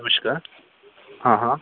नमस्कार हां हां